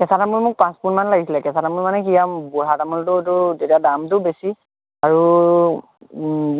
কেঁচা তামোল মোক পাঁচ পোনমান লাগিছিল কেঁচা তামোল মানে কি আও বুঢ়া তামোলটোতো এতিয়া দামটো বেছি আৰু